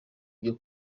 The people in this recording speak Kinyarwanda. byo